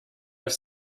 have